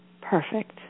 perfect